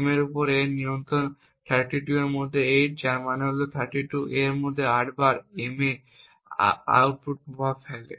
M এর উপর A এর নিয়ন্ত্রণ 32 এর মধ্যে 8 যার মানে হল 32 A এর মধ্যে 8 বার M এর আউটপুট প্রভাব ফেলে